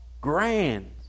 grand